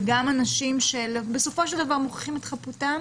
וגם, אנשים שבסופו של דבר מוכיחים את חפותם